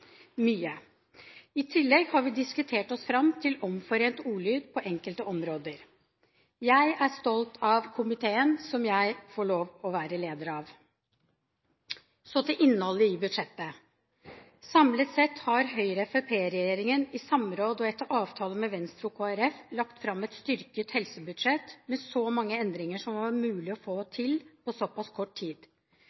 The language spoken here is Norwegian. I tillegg har vi diskutert oss fram til omforent ordlyd på enkelte områder. Jeg er stolt av komiteen som jeg får lov til å være leder av. Så til innholdet i budsjettet. Samlet sett har Høyre–Fremskrittspartiet-regjeringen, i samråd og etter avtale med Venstre og Kristelig Folkeparti, lagt fram et styrket helsebudsjett, med så mange endringer som det var mulig å få